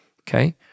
okay